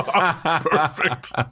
Perfect